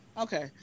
okay